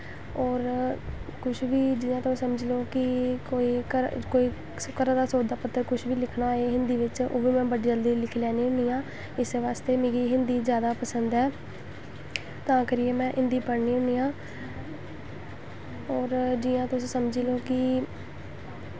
होर कुछ बी जियां तुस समझी लैओ कि कोई घरै कोई घरै दा सौदा पत्तर कुछ बी लिखना होऐ हिन्दी बिच्च ओह् बी में बड़ी जल्दी लिखी लैन्नी होन्नी आं इस्सै बास्तै मिगी हिन्दी जादा पसंद ऐ तां करियै में हिन्दी पढ़नी होन्नी आं होर जियां तुस समझी लैओ कि